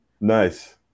Nice